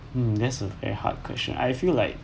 um that's a very hard question I feel like